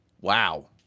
wow